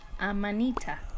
Amanita